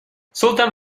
sultan